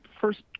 First